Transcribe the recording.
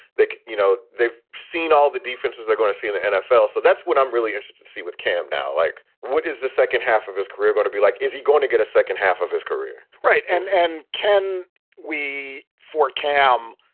they you know, they've seen all the defenses they're going to see in the nfl. so that's what i'm really interested to see with camped out. like, what is the second half of his career going to be like? is he going to get a second half of his career? right. and and can we for cam,